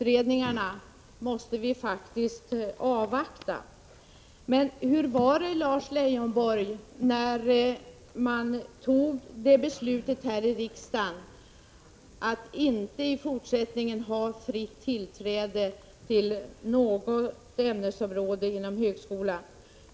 Vi måste faktiskt avvakta dessa utredningar. Varför, Lars Leijonborg, fattade man här i riksdagen beslutet att i fortsättningen inte ha fritt tillträde till något ämnesområde inom högskolan?